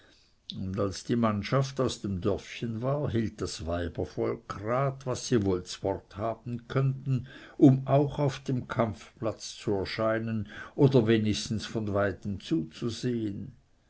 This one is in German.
als die mannschaft aus dem dörfchen war hielt das weibervolk rat was sie wohl zwort haben könnten um auch auf dem kampfplatz zu erscheinen oder wenigstens von weitem zuzusehen